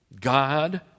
God